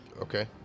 Okay